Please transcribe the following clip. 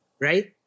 right